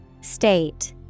State